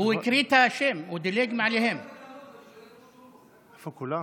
איפה כולם?